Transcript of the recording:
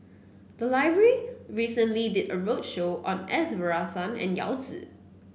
the library recently did a roadshow on S Varathan and Yao Zi